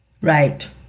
Right